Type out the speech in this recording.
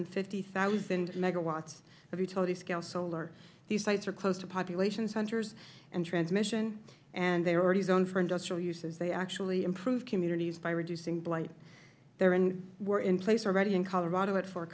and fifty thousand megawatts of utility scale solar these sites are close to population centers and transmission and they are already zoned for industrial uses they actually improve communities by reducing blight they were in place already in colorado at fort